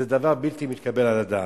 זה דבר בלתי מתקבל על הדעת.